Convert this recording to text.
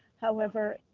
however,